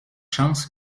chance